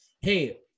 hey